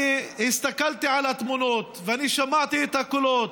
אני הסתכלתי על התמונות ואני שמעתי את הקולות,